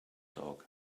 dog